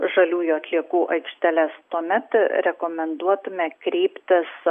žaliųjų atliekų aikšteles tuomet rekomenduotume kreiptis